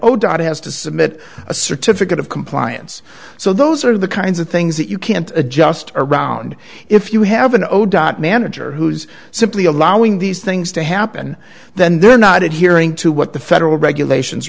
odone has to submit a certificate of compliance so those are the kinds of things that you can't adjust around if you have an old dot manager who's simply allowing these things to happen then they're not adhering to what the federal regulations